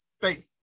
faith